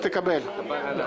תקבל.